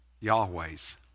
Yahweh's